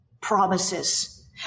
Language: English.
promises